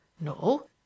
no